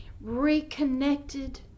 Reconnected